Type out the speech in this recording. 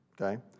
okay